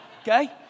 Okay